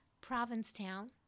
Provincetown